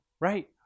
Right